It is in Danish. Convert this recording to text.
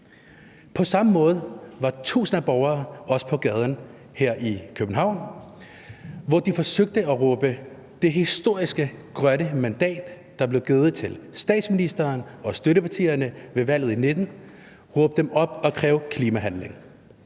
På samme måde var tusinder af borgere også på gaden her i København, hvor de forsøgte at råbe det historiske grønne mandat, der blev givet til statsministeren og støttepartierne ved valget i 2019, op og kræve klimahandling.